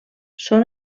són